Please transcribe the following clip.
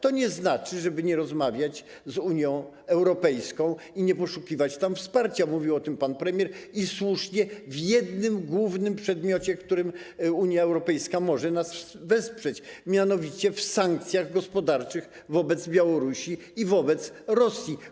To nie znaczy, że nie należy rozmawiać z Unią Europejską czy poszukiwać tam wsparcia - mówił o tym pan premier, i słusznie - ale w jednym głównym przedmiocie, w którym Unia Europejska może nas wesprzeć, a mianowicie w sankcjach gospodarczych wobec Białorusi i Rosji.